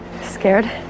scared